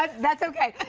that's okay.